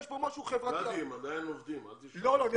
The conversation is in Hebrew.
יש כאן משהו חברתי.